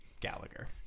Gallagher